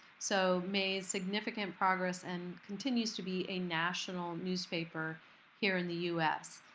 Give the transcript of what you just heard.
so made significant progress and continues to be a national newspaper here in the us.